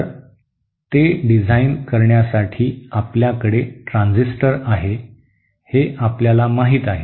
तर ते डिझाइन करण्यासाठी आपल्याकडे ट्रान्झिस्टर आहे हे आपल्याला माहिती आहे